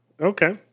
Okay